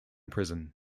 prison